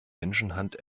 menschenhand